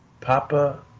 Papa